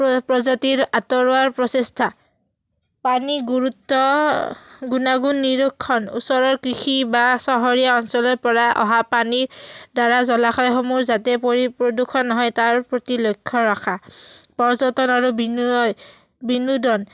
প্ৰ প্ৰজাতিৰ আঁতৰোৱাৰ প্ৰচেষ্টা পানী গুৰুত্ব গুণাগুণ নিৰীক্ষণ ওচৰৰ কৃষি বা চহৰীয়া অঞ্চলৰ পৰা অহা পানীৰ দ্বাৰা জলাশয়সমূহ যাতে পৰি প্ৰদূষণ নহয় তাৰ প্ৰতি লক্ষ্য ৰখা পৰ্যটন আৰু বিনয় বিনোদন